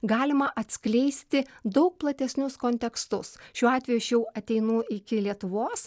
galima atskleisti daug platesnius kontekstus šiuo atveju aš jau ateinu iki lietuvos